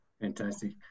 Fantastic